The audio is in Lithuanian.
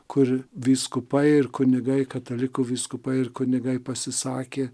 kur vyskupai ir kunigai katalikų vyskupai ir kunigai pasisakė